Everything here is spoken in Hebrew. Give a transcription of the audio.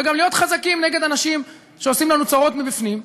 וגם להיות חזקים נגד אנשים שעושים לנו צרות מבפנים,